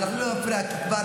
כי כבר,